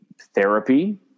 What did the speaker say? therapy